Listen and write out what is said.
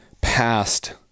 past